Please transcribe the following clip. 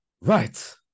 right